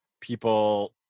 people